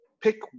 pick